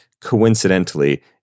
coincidentally